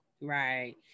Right